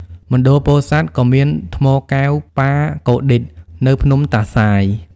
មណ្ឌលពោធិសាត់ ក៏មានថ្មកែវប៉ាកូឌីត នៅភ្នំតាសាយ។